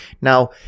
Now